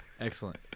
Excellent